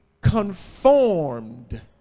conformed